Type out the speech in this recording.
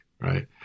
right